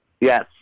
Yes